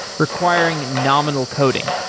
requiring nominal coding.